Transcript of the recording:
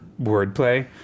wordplay